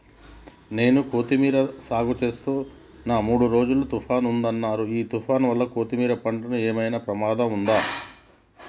నేను కొత్తిమీర సాగుచేస్తున్న మూడు రోజులు తుఫాన్ ఉందన్నరు ఈ తుఫాన్ వల్ల కొత్తిమీర పంటకు ఏమైనా ప్రమాదం ఉందా?